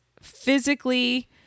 physically